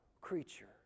creature